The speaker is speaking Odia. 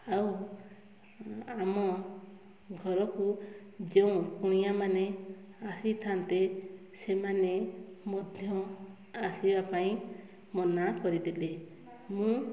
ଆଉ ଆମ ଘରକୁ ଯେଉଁ କୁଣିଆମାନେ ଆସିଥାନ୍ତେ ସେମାନେ ମଧ୍ୟ ଆସିବା ପାଇଁ ମନା କରିଦେଲେ ମୁଁ